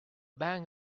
bank